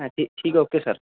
ਹਾਂਜੀ ਠੀਕ okay sir